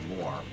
more